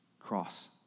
Cross